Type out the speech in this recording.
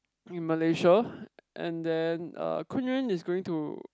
in Malaysia and then er Kun-Yuan is going to